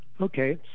Okay